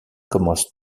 commence